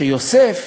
שיוסף